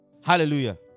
Hallelujah